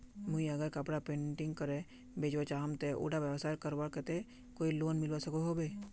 मुई अगर कपड़ा पेंटिंग करे बेचवा चाहम ते उडा व्यवसाय करवार केते कोई लोन मिलवा सकोहो होबे?